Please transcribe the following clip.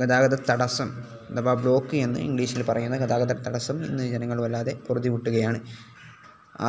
ഗതാഗത തടസ്സം അഥവാ ബ്ലോക്ക് എന്ന് ഇംഗ്ലീഷിൽ പറയുന്ന ഗതാഗത തടസ്സം ഇന്ന് ജനങ്ങൾ വല്ലാതെ പൊറുതി മുട്ടുകയാണ്